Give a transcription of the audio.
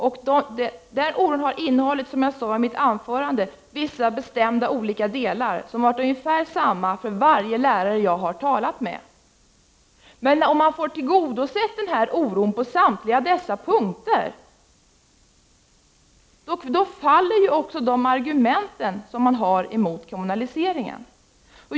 Den oron har, som jag sade i mitt anförande, gällt vissa bestämda saker, och oron har hos alla lärare jag talat med gällt i stort sett samma saker. Men om man på samtliga dessa punkter kan komma till rätta med det som förorsakat oron, faller ju också de argument man haft mot kommunaliseringen.